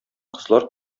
кызлар